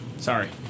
Sorry